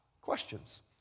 questions